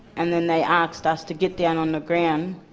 and then they asked us to get down on the ground.